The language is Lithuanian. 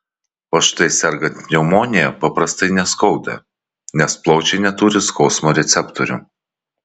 o štai sergant pneumonija paprastai neskauda nes plaučiai neturi skausmo receptorių